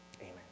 Amen